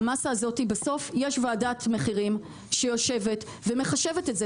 בסוף יש ועדת מחירים שמחשבת את זה,